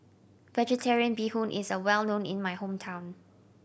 Vegetarian Bee Hoon is well known in my hometown